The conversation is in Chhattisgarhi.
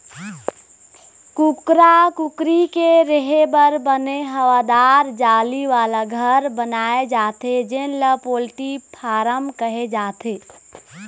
कुकरा कुकरी के रेहे बर बने हवादार जाली वाला घर बनाए जाथे जेन ल पोल्टी फारम कहे जाथे